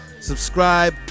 subscribe